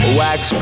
wax